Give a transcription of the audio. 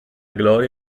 gloria